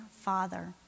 father